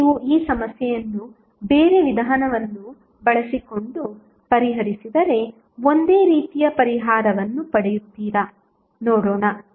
ಈಗ ನೀವು ಈ ಸಮಸ್ಯೆಯನ್ನು ಬೇರೆ ವಿಧಾನವನ್ನು ಬಳಸಿಕೊಂಡು ಪರಿಹರಿಸಿದರೆ ಒಂದೇ ರೀತಿಯ ಪರಿಹಾರವನ್ನು ಪಡೆಯುತ್ತೀರಾ ನೋಡೋಣ